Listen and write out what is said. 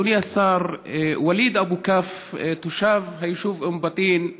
אדוני השר, וליד אבו כף, תושב היישוב אום בטין,